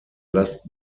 last